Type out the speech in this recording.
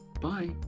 Bye